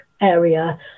area